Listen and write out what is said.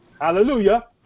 Hallelujah